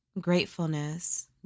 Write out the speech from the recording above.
gratefulness